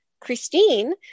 Christine